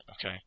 Okay